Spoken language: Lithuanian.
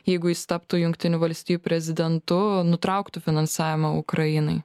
jeigu jis taptų jungtinių valstijų prezidentu nutrauktų finansavimą ukrainai